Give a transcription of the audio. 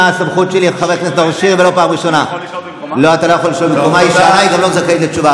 היא לא רצתה לשמוע, היא בכלל לא רוצה לשמוע.